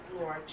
Lord